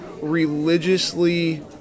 religiously